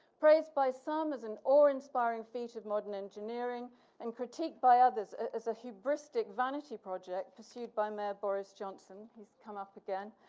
praised by some as an awe-inspiring feat of modern engineering and critiqued by others as a hubristic vanity project pursued by mayor boris johnson. he's come up again.